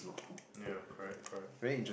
yeah correct correct